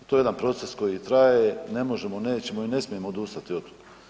To je jedan proces koji traje ne možemo, nećemo i ne smijemo odustati od toga.